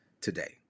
today